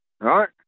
right